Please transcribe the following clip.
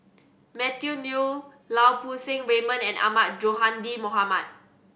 Matthew Ngui Lau Poo Seng Raymond and Ahmad Sonhadji Mohamad